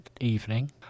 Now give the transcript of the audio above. evening